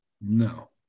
no